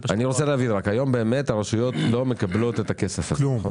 היום באמת הרשויות לא מקבלות את הכסף הזה.